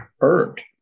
earned